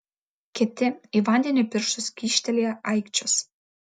kiti į vandenį pirštus kyštelėję aikčios